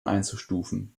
einzustufen